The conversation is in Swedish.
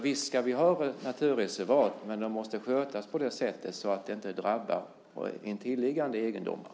Visst ska vi ha naturreservat, men de måste skötas på sådant sätt att det inte drabbar intilliggande egendomar.